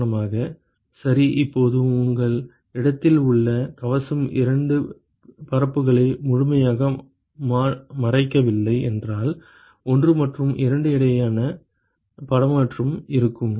மாணவர் போது உங்கள் இடத்தில் உள்ள கவசம் 2 பரப்புகளை முழுமையாக மறைக்கவில்லை என்றால் 1 மற்றும் 2 இடையே பரிமாற்றம் இருக்கும்